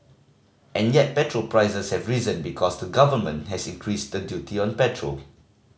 and yet petrol prices have risen because the Government has increased the duty on petrol